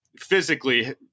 Physically